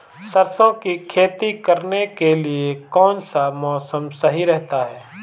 सरसों की खेती करने के लिए कौनसा मौसम सही रहता है?